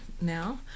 now